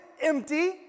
empty